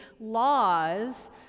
laws